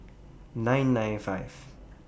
nine nine five